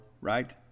right